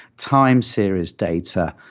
time series data,